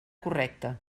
correcta